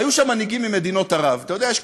היו שם מנהיגים ממדינות ערב.